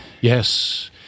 yes